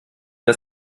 ihr